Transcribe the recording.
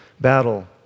battle